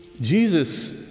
Jesus